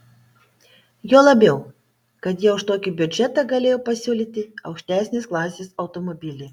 juo labiau kad jie už tokį biudžetą galėjo pasiūlyti aukštesnės klasės automobilį